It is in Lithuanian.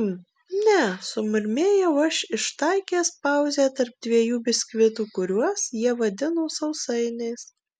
mm ne sumurmėjau aš ištaikęs pauzę tarp dviejų biskvitų kuriuos jie vadino sausainiais